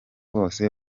bose